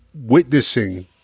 witnessing